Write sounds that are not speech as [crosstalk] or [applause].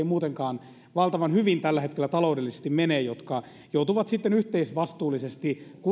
[unintelligible] muutenkaan valtavan hyvin tällä hetkellä taloudellisesti mene joutuvat yhteisvastuullisesti